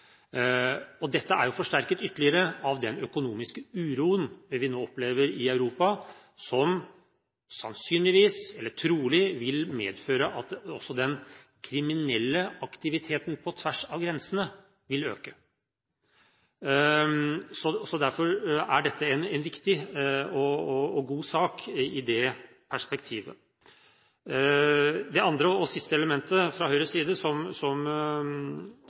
kriminalitetsbekjempelsen. Dette er forsterket ytterligere av den økonomiske uroen vi nå opplever i Europa, som sannsynligvis, eller trolig, vil medføre at også den kriminelle aktiviteten på tvers av grensene vil øke. Derfor er dette en viktig og god sak i det perspektivet. Det andre og siste elementet fra Høyres side, som